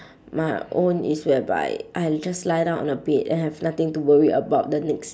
my own is where by I just lie down on the bed and have nothing to worry about the next